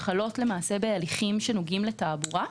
שחלות בהליכים שנוגעים לתעבורה.